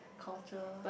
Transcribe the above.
culture